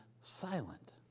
silent